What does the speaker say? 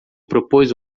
propôs